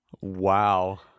Wow